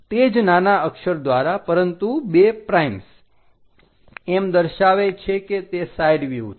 તે જ નાના અક્ષર દ્વારા પરંતુ બે એમ દર્શાવે છે કે તે સાઈડ વ્યુહ છે